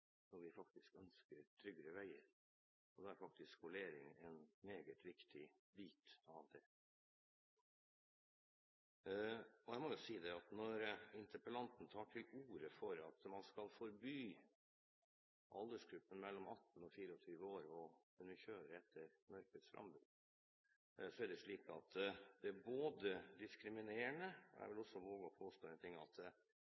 ønsker tryggere veier. Da er skolering en meget viktig bit av det. Jeg må si at når interpellanten tar til orde for at man skal forby aldersgruppen 18–24 år å kjøre etter mørkets frambrudd, er det både diskriminerende og, jeg vil også våge å påstå, praktisk umulig å gjennomføre. Alle forstår at enhver sjåfør har et stort ansvar når det